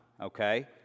okay